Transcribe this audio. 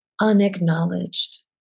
unacknowledged